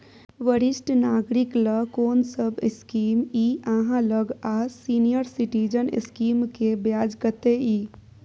वरिष्ठ नागरिक ल कोन सब स्कीम इ आहाँ लग आ सीनियर सिटीजन स्कीम के ब्याज कत्ते इ?